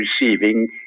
receiving